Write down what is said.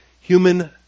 human